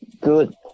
good